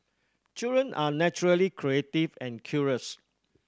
children are naturally creative and curious